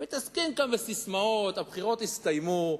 לא מתעסקים כאן בססמאות, הבחירות הסתיימו.